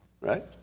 Right